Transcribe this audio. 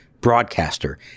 broadcaster